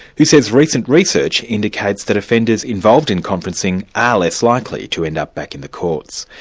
who says recent research indicates that offenders involved in conferencing are less likely to end up back in the courts.